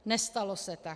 Nestalo se tak.